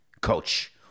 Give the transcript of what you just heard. coach